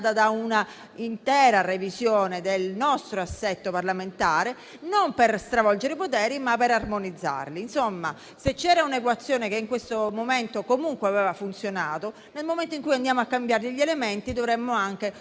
da una intera revisione del nostro assetto parlamentare non per stravolgere i poteri, ma per armonizzarli. Se c'era un'equazione che in questo momento comunque aveva funzionato, nel momento in cui andiamo a cambiare gli elementi, dovremmo anche